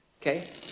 okay